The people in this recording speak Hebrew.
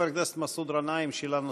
חבר הכנסת מסעוד גנאים, שאלה נוספת,